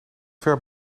ver